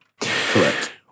correct